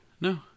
No